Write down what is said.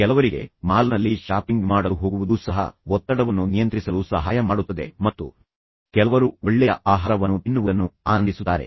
ಕೆಲವರಿಗೆ ಮಾಲ್ನಲ್ಲಿ ಶಾಪಿಂಗ್ ಮಾಡಲು ಹೋಗುವುದೂ ಸಹ ಒತ್ತಡವನ್ನು ನಿಯಂತ್ರಿಸಲು ಸಹಾಯ ಮಾಡುತ್ತದೆ ಮತ್ತು ಕೆಲವರು ಒಳ್ಳೆಯ ಆಹಾರವನ್ನು ತಿನ್ನುವುದನ್ನು ಆನಂದಿಸುತ್ತಾರೆ